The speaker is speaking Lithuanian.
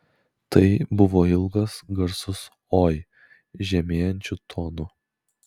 tai buvo ilgas garsus oi žemėjančiu tonu